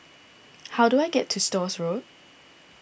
how do I get to Stores Road